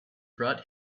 brought